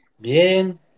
Bien